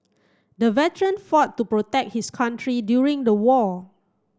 the veteran fought to protect his country during the war